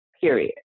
Period